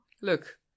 Look